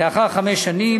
לאחר חמש שנים,